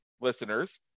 listeners